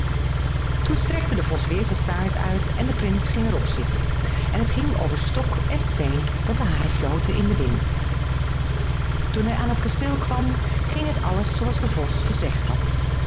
toen strekte de vos weêr zijn staart uit en de prins ging er op zitten en het ging over stok en steen dat de haren floten in den wind toen hij aan het kasteel kwam ging het alles zooals de vos gezegd had